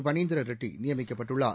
பளீந்திர ரெட்டி நியமிக்கப்பட்டுள்ளார்